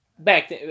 Back